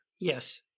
Yes